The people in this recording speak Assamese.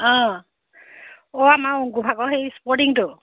অঁ অ' আমাৰ অংকুৰভাগৰ হেৰি স্পৰ্টিংটো